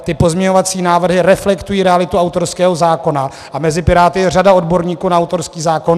Ty pozměňovací návrhy reflektují realitu autorského zákona a mezi Piráty je řada odborníků na autorský zákon.